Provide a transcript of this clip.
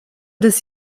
des